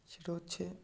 সেটা হচ্ছে